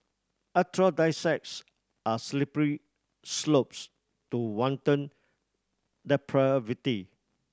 aphrodisiacs are slippery slopes to wanton depravity